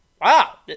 wow